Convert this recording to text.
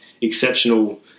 exceptional